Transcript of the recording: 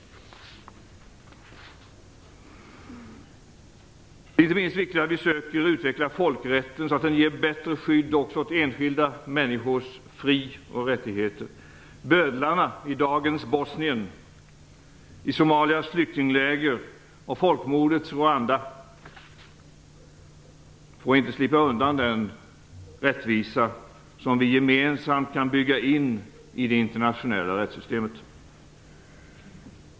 Det är inte minst viktigt att vi försöker utveckla folkrätten, så att den ger bättre skydd också för enskilda människors fri och rättigheter. Bödlarna i dagens Bosnien, i Somalias flyktingläger och i folkmordets Rwanda får inte slippa undan den rättvisa som vi gemensamt kan bygga in i det internationella rättssystemet.